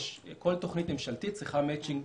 כל תוכנית ממשלתית צריכה מצ'ינג.